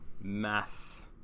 math